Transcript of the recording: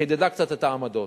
חידדה קצת את העמדות.